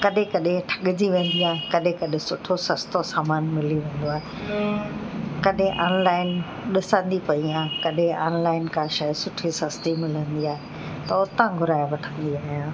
कॾहिं कॾहिं ठॻिजी वेंदी आहे कॾहिं कॾहिं सुठो सस्तो सामान मिली वेंदो आहे कॾहिं ऑनलाइन ॾिसंदी पई आहियां कॾहिं ऑनलाइन खां शइ सुठी सस्ती मिलंदी आहे त हुतां घुराए वठंदी आहियां